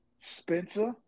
Spencer